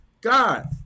God